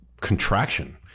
contraction